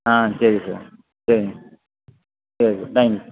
ஆ சரி சார் சரிங்க சரிங்க தேங்க் யூ